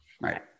Right